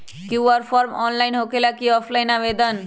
QR form online होकेला कि offline आवेदन?